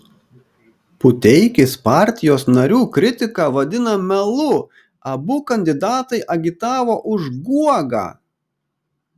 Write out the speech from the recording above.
puteikis partijos narių kritiką vadina melu abu kandidatai agitavo už guogą